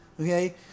Okay